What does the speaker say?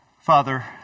Father